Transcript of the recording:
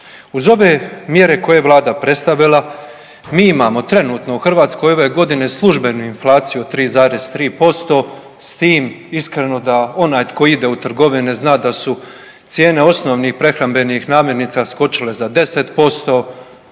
Uz ove mjere koje je Vlada predstavila, mi imamo trenutno u Hrvatskoj ove godine službenu inflaciju 3,3% s tim iskreno da onaj tko ide u trgovine, zna da su cijene osnovnih prehrambenih namirnica skočile za 10%,